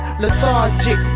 lethargic